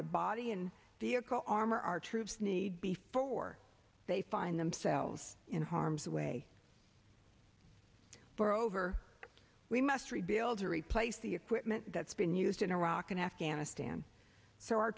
the body and vehicle armor our troops need before they find themselves in harm's way for over we must rebuild or replace the equipment that's been used in iraq and afghanistan so our